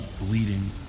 bleeding